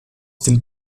den